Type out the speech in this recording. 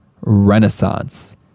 renaissance